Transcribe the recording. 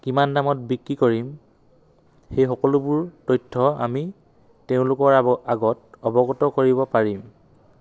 কিমান দামত বিক্ৰী কৰিম সেই সকলোবোৰ তথ্য আমি তেওঁলোকৰ আগত অৱগত কৰিব পাৰিম